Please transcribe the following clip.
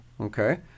Okay